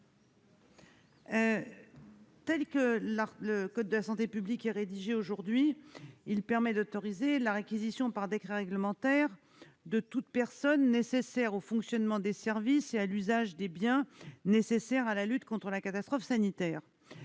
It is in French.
actuelle du code de la santé publique autorise la réquisition, par décret réglementaire, de toute personne nécessaire au fonctionnement des services et à l'usage des biens nécessaires à la lutte contre la catastrophe sanitaire.